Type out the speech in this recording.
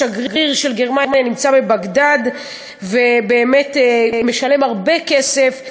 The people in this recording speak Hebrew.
השגריר של גרמניה נמצא בבגדאד ומשלם הרבה כסף.